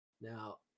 Now